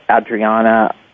Adriana